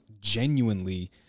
genuinely